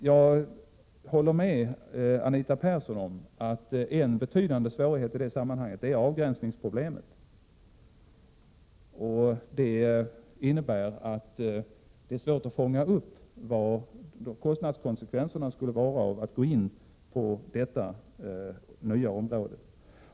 Jag håller med Anita Persson om att en betydande svårighet i det sammanhanget är avgränsningsproblemet. Det innebär att det är svårt att fastställa kostnadskonsekvenserna av att gå in på detta nya område.